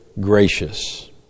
gracious